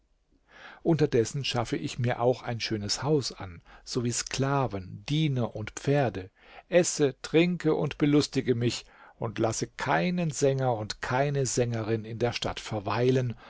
unterdessen schaffe ich mir auch ein schönes haus an sowie sklaven diener und pferde esse trinke und belustige mich und lasse keinen sänger und keine sängerin in der stadt verweilen